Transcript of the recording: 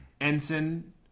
Ensign